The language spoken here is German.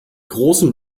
großen